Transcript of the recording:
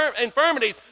infirmities